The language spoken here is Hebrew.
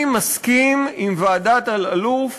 אני מסכים עם ועדת אלאלוף,